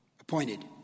Appointed